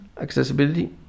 accessibility